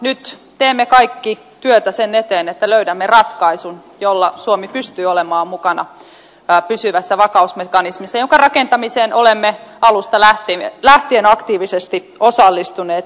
nyt teemme kaikki työtä sen eteen että löydämme ratkaisun jolla suomi pystyy olemaan mukana pysyvässä vakausmekanismissa jonka rakentamiseen olemme alusta lähtien aktiivisesti osallistuneet